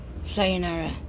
Sayonara